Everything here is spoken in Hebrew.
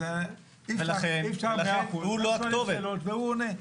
אז אי-אפשר -- -שאלות והוא עונה.